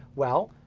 well,